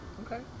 Okay